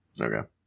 Okay